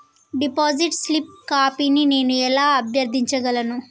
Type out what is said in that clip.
Deposit slip కాపీని నేను ఎలా అభ్యర్థించగలను?